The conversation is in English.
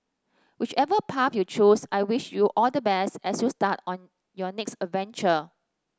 whichever path you choose I wish you all the best as you start on your next adventure